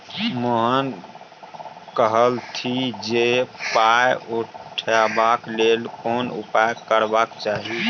मोहन कहलथि जे पाय पठेबाक लेल कोन उपाय करबाक चाही